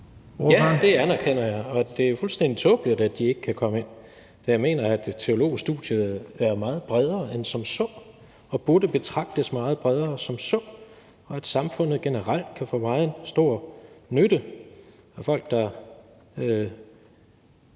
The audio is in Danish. Ja, det anerkender jeg. Det er fuldstændig tåbeligt, at de ikke kan komme ind. Jeg mener, at teologistudiet er meget bredere end som så, og at det burde betragtes meget bredere, og at samfundet generelt kan få meget stor nytte af folk, der